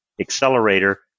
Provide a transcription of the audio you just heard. Accelerator